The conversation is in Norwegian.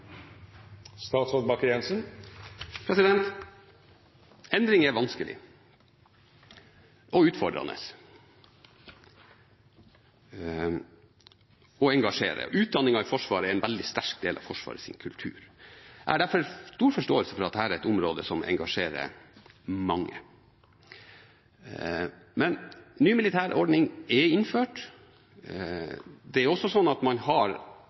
en veldig sterk del av Forsvarets kultur. Jeg har derfor stor forståelse for at dette er et område som engasjerer mange. Men en ny militær ordning er innført. Det er også slik at man har